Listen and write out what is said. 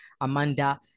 Amanda